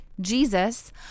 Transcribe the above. Jesus